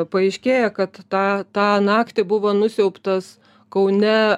paaiškėja kad tą tą naktį buvo nusiaubtas kaune